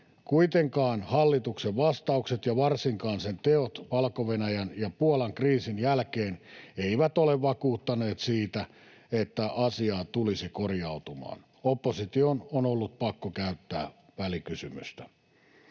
Kuitenkaan hallituksen vastaukset ja varsinkaan sen teot Valko-Venäjän ja Puolan kriisin jälkeen eivät ole vakuuttaneet siitä, että asia tulisi korjautumaan. Opposition on ollut pakko käyttää välikysymystä.